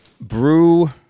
brew